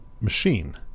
machine